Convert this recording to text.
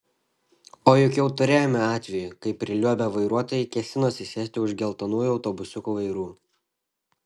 o juk jau turėjome atvejų kai priliuobę vairuotojai kėsinosi sėsti už geltonųjų autobusiukų vairų